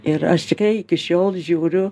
ir aš tikrai iki šiol žiūriu